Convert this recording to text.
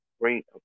great